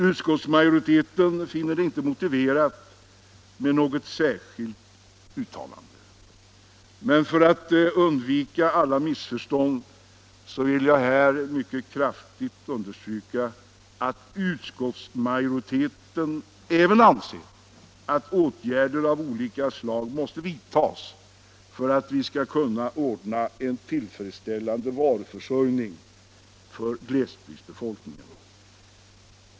Utskottsmajoriteten finner det inte motiverat med något särskilt uttalande, men för att undvika alla missförstånd vill jag här mycket kraftigt understryka att utskottsmajoriteten även anser att åtgärder av olika slag Nr 25 måste vidtas för att vi skall kunna ordna en tillfredsställande varuför Onsdagen den sörjning för glesbygdsbefolkningen.